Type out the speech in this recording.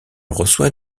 reçoit